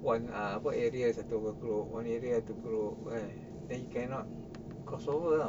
one ah apa area satu group one area satu group then you cannot crossover lah